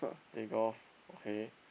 play golf okay